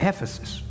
Ephesus